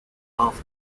half